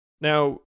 Now